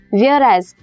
whereas